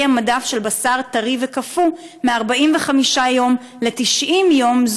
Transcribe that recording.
המדף של בשר טרי וקפוא מ-45 יום ל-90 יום,